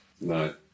No